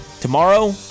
tomorrow